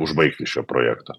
užbaigti šio projekto